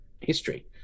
history